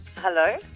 Hello